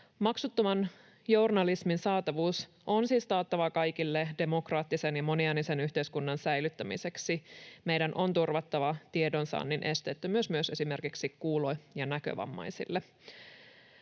Maksuttoman journalismin saatavuus on siis taattava kaikille demokraattisen ja moniäänisen yhteiskunnan säilyttämiseksi. Meidän on turvattava tiedonsaannin esteettömyys myös esimerkiksi kuulo‑ ja näkövammaisille.